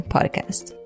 Podcast